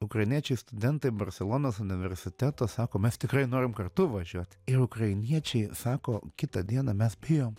ukrainiečiai studentai barselonos universiteto sako mes tikrai norim kartu važiuoti ir ukrainiečiai sako kitą dieną mes bijom